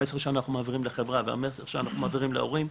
המסר שאנחנו מעבירים לחברה והמסר שאנחנו מעבירים להורים,